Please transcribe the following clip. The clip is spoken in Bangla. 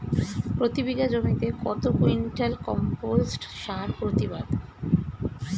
প্রতি বিঘা জমিতে কত কুইন্টাল কম্পোস্ট সার প্রতিবাদ?